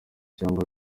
cyangwa